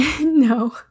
no